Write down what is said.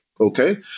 Okay